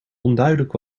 onduidelijk